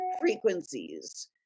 frequencies